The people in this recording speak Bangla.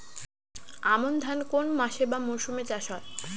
আমন ধান কোন মাসে বা মরশুমে চাষ হয়?